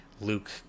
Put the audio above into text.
Luke